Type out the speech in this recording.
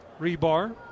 Rebar